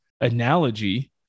analogy